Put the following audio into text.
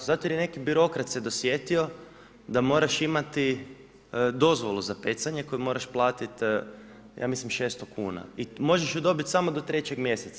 Zato jer je neki birokrat se dosjetio da moraš imati dozvolu za pecanje koju moraš platiti, ja mislim 600 kuna i možeš ju dobiti samo do 3. mjeseca.